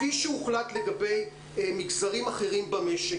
כפי שהוחלט לגבי מגזרים אחרים במשק,